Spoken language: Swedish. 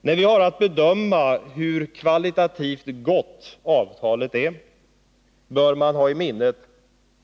När vi har att bedöma hur kvalitativt gott avtalet är bör vi ha i minnet